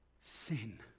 sin